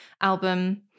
album